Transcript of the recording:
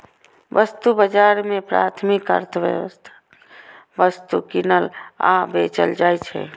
वस्तु बाजार मे प्राथमिक अर्थव्यवस्थाक वस्तु कीनल आ बेचल जाइ छै